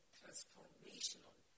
transformational